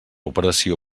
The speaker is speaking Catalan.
operació